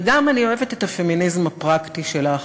וגם אני אוהבת את הפמיניזם הפרקטי שלך,